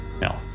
No